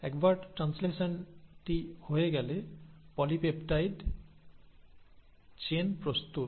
একবার ট্রান্সলেশনটি হয়ে গেলে পলিপেপটাইড চেইন প্রস্তুত